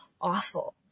awful